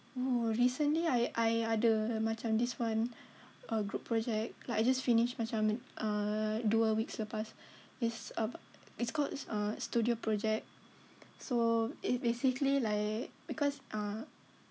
oh recently I I ada macam this one err group project like I just finished macam err dua weeks lepas is apa it's called studio project so it's basically like because uh